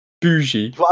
bougie